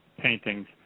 paintings